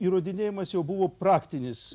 įrodinėjamas jau buvo praktinis